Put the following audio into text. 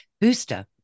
booster